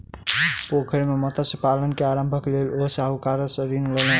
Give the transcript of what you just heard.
पोखैर मे मत्स्य पालन के आरम्भक लेल ओ साहूकार सॅ ऋण लेलैन